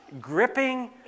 gripping